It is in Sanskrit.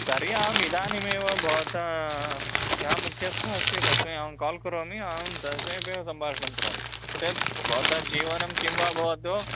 तर्हि अहम् इदानीमेव भवतः यः मुख्यस्तः अस्ति तस्मै अहं काल् करोमि अहं तस्य समीपे एव सम्भाषणं करोमि चेत् भवता जीवनं किं वा भवतु